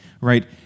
right